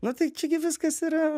nu tai čia gi viskas yra